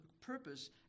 purpose